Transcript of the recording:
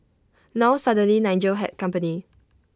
now suddenly Nigel had company